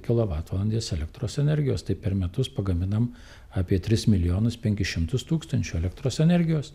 kwh elektros energijos tai per metus pagaminam apie tris milijonus penkis šimtus tūkstančių elektros energijos